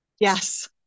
Yes